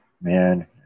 man